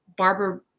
Barbara